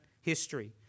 history